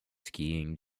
skiing